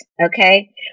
Okay